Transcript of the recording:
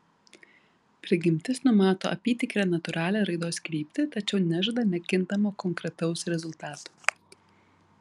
prigimtis numato apytikrę natūralią raidos kryptį tačiau nežada nekintamo konkretaus rezultato